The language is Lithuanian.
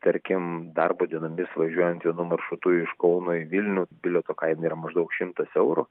tarkim darbo dienomis važiuojant vienu maršrutu iš kauno į vilnių bilieto kaina yra maždaug šimtas eurų